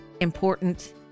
important